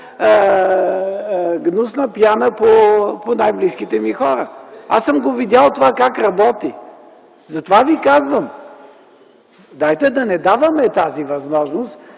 гнусна пяна по най-близките ми хора. Аз съм видял това как работи. Затова ви казвам: дайте да не даваме тази възможност!